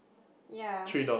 ya